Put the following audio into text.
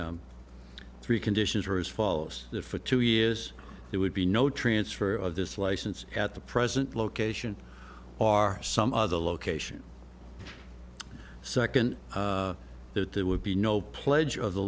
three conditions were as follows that for two years it would be no transfer of this license at the present location or some other location second that there would be no pledge of the